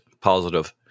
positive